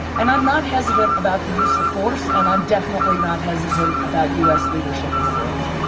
and i'm not hesitant about the use of force, and i'm definitely not hesitant about u. s. leadership in the world.